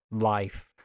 life